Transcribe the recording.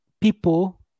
people